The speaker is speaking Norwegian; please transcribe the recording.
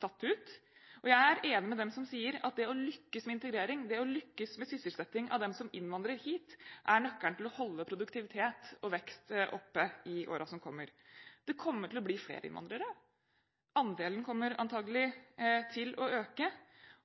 tatt ut, og jeg er enig med dem som sier at det å lykkes med integrering, det å lykkes med sysselsetting av dem som innvandrer hit, er nøkkelen til å holde produktivitet og vekst oppe i årene som kommer. Det kommer til å bli flere innvandrere, andelen kommer antakelig til å øke.